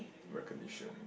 recognition